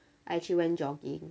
I actually went jogging